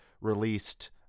released